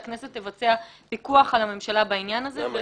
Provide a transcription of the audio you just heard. אבל כן מחויב המציאות שהכנסת תבצע פיקוח על הממשלה בעניין הזה.